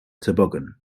toboggan